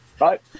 right